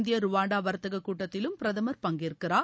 இந்திய ருவாண்டா வர்த்தக கூட்டத்திலும் பிரதமர் பங்கேற்கிறார்